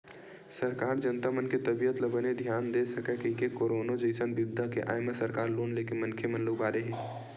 सरकार जनता मन के तबीयत ल बने धियान दे सकय कहिके करोनो जइसन बिपदा के आय म सरकार लोन लेके मनखे मन ल उबारे हे